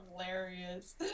hilarious